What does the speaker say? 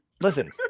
listen